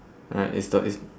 alright is the is